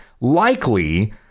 likely